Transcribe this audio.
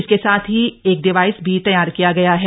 इसके साथ ही एक डिवाइस भी तैयार किया गया है